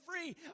free